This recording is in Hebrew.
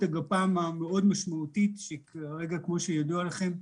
הגפ"מ המשמעותית -- כמו שידוע לכם,